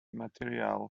material